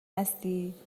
هستی